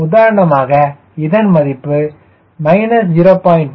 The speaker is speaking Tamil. உதாரணமாக இதன் மதிப்பு 0